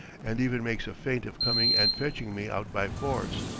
and even makes a feint of coming and fetching me out by force.